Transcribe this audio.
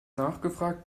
nachgefragt